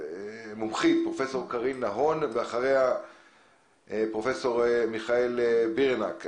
פרופ' קרין נהון, ואחריה פרופ' מיכאל בירנהק.